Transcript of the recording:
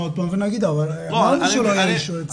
עוד פעם ונגיד: אבל אמרנו שלא יהיה יצרן.